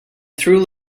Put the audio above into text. through